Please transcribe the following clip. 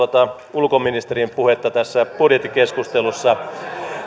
ulkoministerin puhetta tässä budjettikeskustelussa